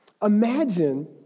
Imagine